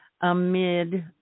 amid